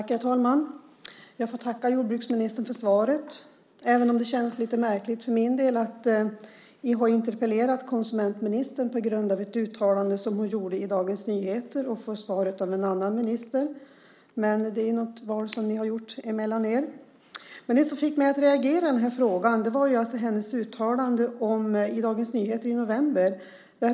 Herr talman! Jag får tacka jordbruksministern för svaret, även om det känns lite märkligt för min del att jag har interpellerat konsumentministern på grund av ett uttalande som hon gjorde i Dagens Nyheter och får svaret av en annan minister. Men det är något val som ni har gjort mellan er. Det som fick mig att reagera i den här frågan var alltså hennes uttalande i Dagens Nyheter i november.